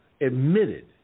admitted